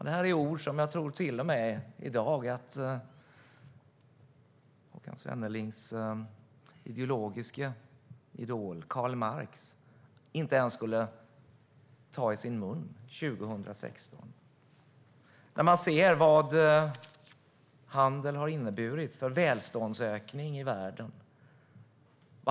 Det är ord som jag inte tror att ens Håkan Svennelings ideologiska idol Karl Marx skulle ta i sin mun 2016. Man kan se vad handel har inneburit för välståndsökningen i världen.